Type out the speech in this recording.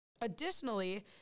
Additionally